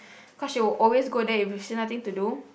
cause she will always go there if she nothing to do